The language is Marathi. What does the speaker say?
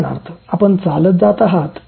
उदाहरणार्थ आपण चालत जात आहात